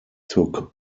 took